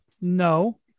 No